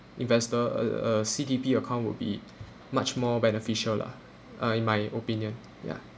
investor a a C_D_P account will be much more beneficial lah uh in my opinion ya